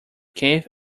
cave